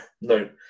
No